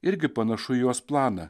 irgi panašu į jos planą